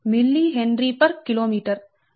4605logDmDs mHkm రాసుకోవచ్చు